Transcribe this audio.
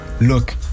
look